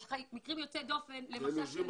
יש מקרים יוצאי דופן, למשל של